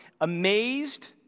Amazed